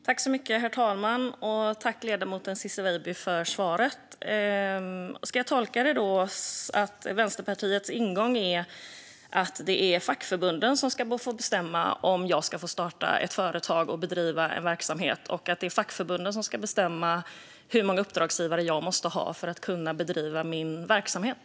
Herr talman! Jag tackar ledamoten Ciczie Weidby för svaret. Ska jag tolka det som att Vänsterpartiets ingång är att det är fackförbunden som ska få bestämma om jag ska få starta ett företag och bedriva en verksamhet? Är det fackförbunden som ska bestämma hur många uppdragsgivare jag måste ha för att kunna bedriva min verksamhet?